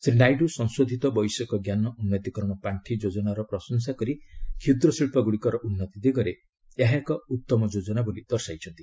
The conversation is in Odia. ଶ୍ରୀ ନାଇଡ଼ୁ ସଂଶୋଧିତ ବୈଷୟିକଜ୍ଞାନ ଉନ୍ନତି କରଣ ପାର୍ଷି ଯୋଜନାର ପ୍ରଶଂସା କରି କ୍ଷୁଦ୍ର ଶିଳ୍ପ ଗୁଡ଼ିକର ଉନ୍ନତି ଦିଗରେ ଏହା ଏକ ଉତ୍ତମ ଯୋଜନା ବୋଲି ଦର୍ଶାଇଛନ୍ତି